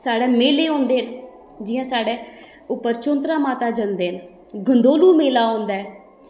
साढ़े मेले होंदे जियां साढ़े उप्पर चौंतरा माता जंदे ते इक्क गंदोह बी मेला औंदा ऐ